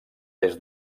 des